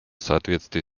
соответствии